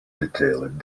detailed